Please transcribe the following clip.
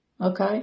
Okay